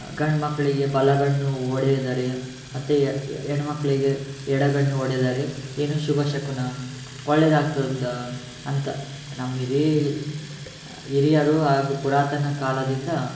ಗಂಡು ಮಕ್ಕಳಿಗೆ ಬಲಗಣ್ಣು ಹೊಡೆದರೆ ಮತ್ತು ಹೆಣ್ ಮಕ್ಕಳಿಗೆ ಎಡಗಣ್ಣು ಹೊಡೆದರೆ ಏನು ಶುಭಶಕುನ ಒಳ್ಳೇದಾಗ್ತದೆ ಅಂತ ನಮ್ಮ ಹಿರಿ ಹಿರಿಯರು ಹಾಗು ಪುರಾತನ ಕಾಲದಿಂದ